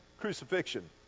crucifixion